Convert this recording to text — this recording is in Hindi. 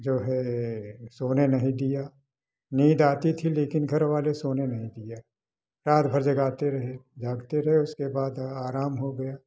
जो है सोने नहीं दिया नींद आती थी लेकिन घर वाले सोने नहीं दिया रात भर जागते रहे जागते रहे उसके बाद आराम हो गया